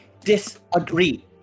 disagree